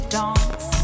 dance